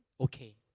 okay